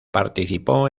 participó